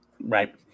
Right